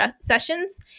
sessions